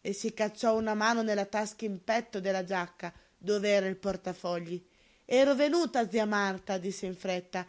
e si cacciò una mano nella tasca in petto della giacca dove era il portafogli ero venuto zia marta disse in fretta